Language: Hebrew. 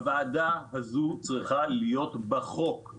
הוועדה הזו צריכה להיות בחוק.